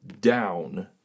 down